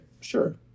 sure